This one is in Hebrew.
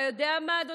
אדוני היושב-ראש?